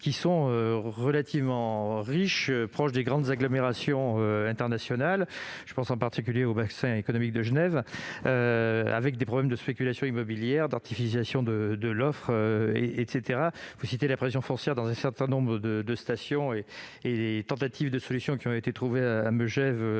qui sont relativement riches et proches des grandes agglomérations internationales- je pense en particulier au bassin économique de Genève -, avec des problèmes de spéculation immobilière et d'artificialisation de l'offre. Vous évoquez la pression foncière dans un certain nombre de stations et les pistes qui ont été trouvées à Megève